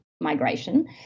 migration